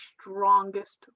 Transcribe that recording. strongest